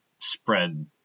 spread